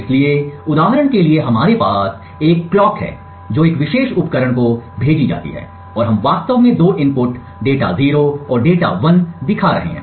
इसलिए उदाहरण के लिए हमारे पास एक कलॉक है जो एक विशेष उपकरण को भेजी जाती है और हम वास्तव में दो इनपुट डेटा 0 और डेटा 1 दिखा रहे हैं